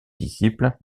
disciples